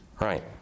right